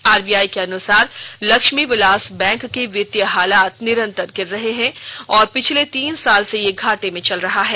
RBI के अनुसार Lakshmi Vilas bank की वित्तीय हालात निरंतर गिर रही है और पिछले तीन साल से यह घाटे में चल रहा है